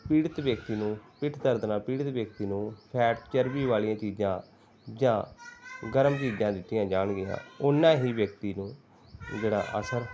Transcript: ਪੀੜਿਤ ਵਿਅਕਤੀ ਨੂੰ ਪਿੱਠ ਦਰਦ ਨਾਲ ਪੀੜਿਤ ਵਿਅਕਤੀ ਨੂੰ ਫ਼ੈਟ ਚਰਬੀ ਵਾਲੀਆਂ ਚੀਜ਼ਾਂ ਜਾਂ ਗਰਮ ਚੀਜ਼ਾਂ ਦਿੱਤੀਆਂ ਜਾਣਗੀਆਂ ਓਨਾ ਹੀ ਵਿਅਕਤੀ ਨੂੰ ਜਿਹੜਾ ਅਸਰ